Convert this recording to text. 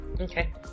okay